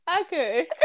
Okay